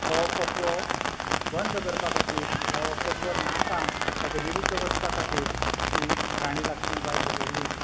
हो फतवो बंद करपा खातीर वा हो फतवो नाका ताचे विरूध्द वचपा खातीर ही राणी लक्ष्मीबाई झगडली